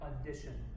addition